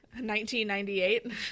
1998